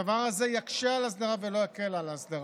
הדבר הזה יקשה את ההסדרה ולא יקל את ההסדרה.